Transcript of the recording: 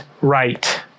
right